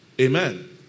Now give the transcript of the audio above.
Amen